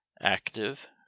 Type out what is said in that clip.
active